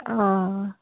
অঁ